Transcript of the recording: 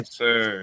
sir